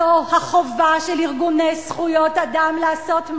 זו החובה של ארגוני זכויות האדם לעשות monitoring,